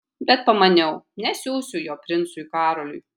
bet pamaniau nesiųsiu jo princui karoliui